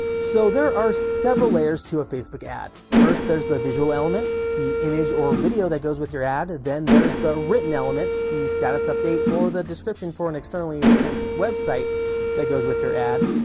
so, there are several layers to a facebook ad. first there's the visual element, the image or video that goes with your ad, then there's the written element. the status update or the description for an externally linked website that goes with your ad.